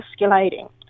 escalating